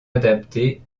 adapté